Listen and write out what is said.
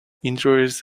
injuries